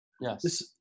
Yes